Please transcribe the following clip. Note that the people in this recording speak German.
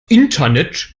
internet